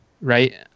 right